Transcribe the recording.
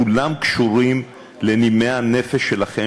כולם קשורים לנימי הנפש שלכם,